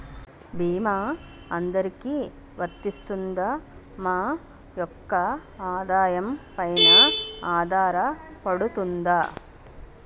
భీమా అందరికీ వరిస్తుందా? మా యెక్క ఆదాయం పెన ఆధారపడుతుందా?